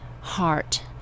heart